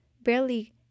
barely